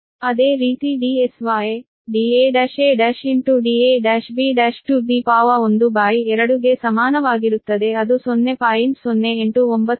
ಅದೇ ರೀತಿ Dsy da1a1 da1b112 ಗೆ ಸಮಾನವಾಗಿರುತ್ತದೆ ಅದು 0